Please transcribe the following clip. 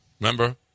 Remember